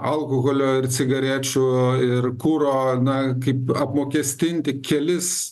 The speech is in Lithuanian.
alkoholio ir cigarečių ir kuro na kaip apmokestinti kelis